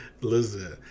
Listen